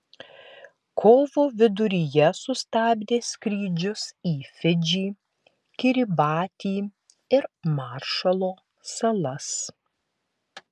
kovo viduryje sustabdė skrydžius į fidžį kiribatį ir maršalo salas